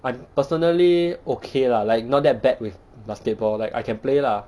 I personally okay lah like not that bad with basketball like I can play lah